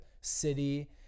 City